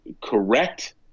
correct